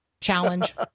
challenge